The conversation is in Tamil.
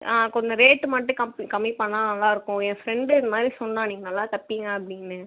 ஆ கொஞ்சம் ரேட்டு மட்டும் கம்மி கம்மி பண்ணால் நல்லாயிருக்கும் ஏ ஃப்ரெண்டு இதுமாதிரி சொன்னால் நீங்கள் நல்லா தைப்பிங்க அப்படினு